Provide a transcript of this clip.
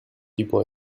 tipo